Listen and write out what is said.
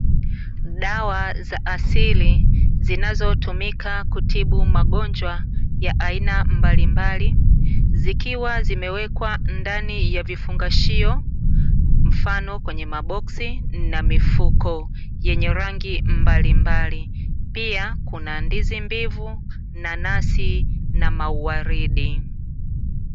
Dawa za asili, zinazotumika kutibu magonjwa ya aina mbalimbali, zikiwa zimewekwa ndani ya vifungashio, mfano kwenye maboksi na mifuko yenye rangi mbalimbali. Pia kuna ndizi mbivu, nanasi na mauwaridi.